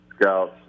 scouts